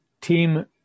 team